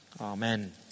amen